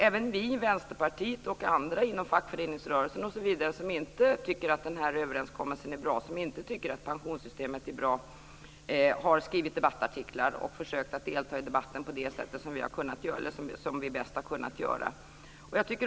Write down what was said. Även vi i Vänsterpartiet och andra inom fackföreningsrörelsen som inte tycker att den här överenskommelsen är bra, som inte tycker att pensionssystemet är bra, har skrivit debattartiklar och försökt att delta i debatten på det sätt som vi har kunnat.